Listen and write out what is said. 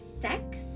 sex